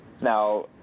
Now